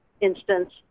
instance